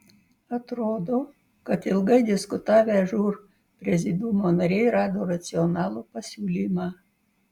atrodo kad ilgai diskutavę žūr prezidiumo nariai rado racionalų pasiūlymą